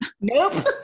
Nope